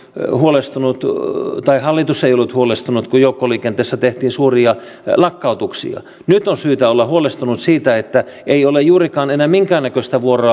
siinä tilanteessa mistä sdpkään ei ollut silloin huolestunut kun joukkoliikenteessä tehtiin suuria lakkautuksia nyt on syytä olla huolestunut siitä että ei ole juurikaan enää minkäännäköistä vuoroa monin paikoin on syytä olla huolestunut